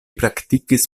praktikis